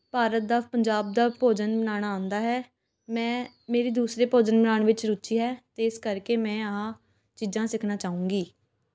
ਭਾਰਤ ਦਾ ਪੰਜਾਬ ਦਾ ਭੋਜਨ ਬਣਾਉਣਾ ਆਉਂਦਾ ਹੈ ਮੈਂ ਮੇਰੀ ਦੂਸਰੇ ਭੋਜਨ ਬਣਾਉਣ ਵਿੱਚ ਰੁਚੀ ਹੈ ਅਤੇ ਇਸ ਕਰਕੇ ਮੈਂ ਆਹਾ ਚੀਜ਼ਾਂ ਸਿੱਖਣਾ ਚਾਹੂੰਗੀ